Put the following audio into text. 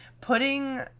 putting